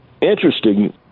Interesting